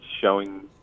showing